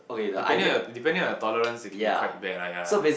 depending on depending on your tolerance it can be quite bad !aiya!